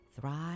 thrive